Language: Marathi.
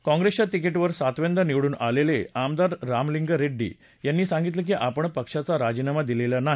काँप्रेसच्या तिकीटावर सातव्यांदा निवडून आलेले आमदार रामलिंग रेड्डी यांनी सांगितलं की आपण पक्षाचा राजीनामा दिलेला नाही